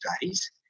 days